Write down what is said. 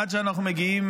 עד שאנחנו מגיעים,